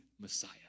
Messiah